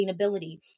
sustainability